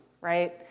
right